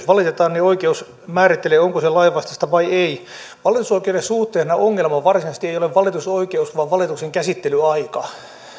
valitetaan niin oikeus määrittelee onko se lainvastaista vai ei valitusoikeuden suhteen ongelma varsinaisesti ei ole valitusoikeus vaan valituksen käsittelyaika